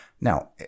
Now